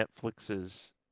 Netflix's